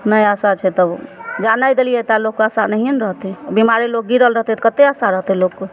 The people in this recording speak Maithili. नहि आशा छै तब जा नहि देलियै ता लोकके आशा नहियेँ ने रहतय बीमारे लोक गिरल रहतय तऽ कते आशा रहतय लोकके